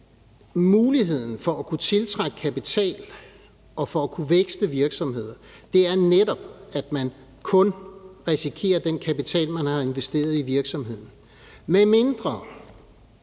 Hele muligheden for at kunne tiltrække kapital og for at kunne vækste virksomheder er der netop, fordi man kun risikerer den kapital, man har investeret i virksomheden,